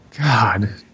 God